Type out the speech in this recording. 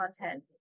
content